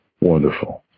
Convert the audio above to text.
Wonderful